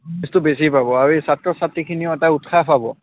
এইটো বেছি পাব আৰু এই ছাত্ৰ ছাত্ৰীখিনিয়েও এটা উৎসাহ পাব